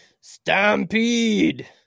Stampede